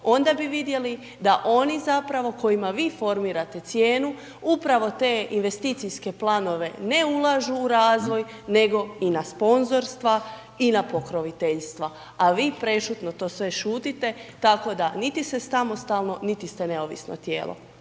onda bi vidljiv da oni zapravo, kojima vi formirate cijenu, upravo te investicijske planove ne ulažu u razvoj, nego i na sponzorstva i na pokroviteljstva. A vi prešutno to sve šutite, tako da niti ste samostalno, niti ste neovisno tijelo.